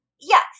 Yes